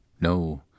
No